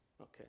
okay